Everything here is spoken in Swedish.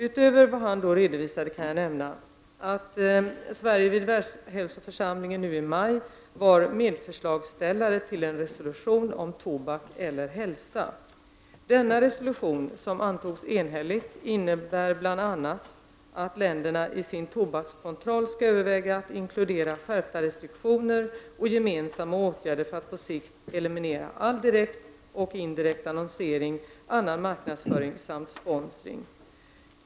Utöver vad han då redovisade kan jag nämna att Sverige vid Världshälsoförsamlingen nu i maj var medförslagsställare till en resolution om tobak eller hälsa. Denna resolution, som antogs enhälligt, innebär bl.a. att länderna isin tobakskontroll skall överväga att inkludera skärpta restriktioner och gemensamma åtgärder för att på sikt eliminera all direkt och indirekt annonsering, annan marknadsföring samt sponsring.